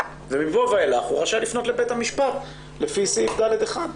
מפה ואילך הוא רשאי לפנות לבית המשפט לפי סעיף (ד)(1).